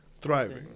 thriving